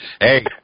Hey